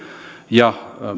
ja